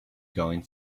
going